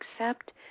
accept